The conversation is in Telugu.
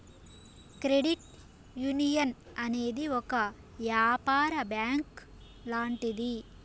క్రెడిట్ యునియన్ అనేది ఒక యాపార బ్యాంక్ లాంటిది